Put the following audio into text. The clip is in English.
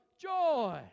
joy